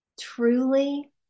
truly